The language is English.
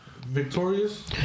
Victorious